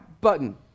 button